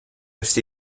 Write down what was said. всі